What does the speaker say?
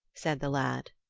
said the lad.